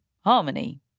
harmony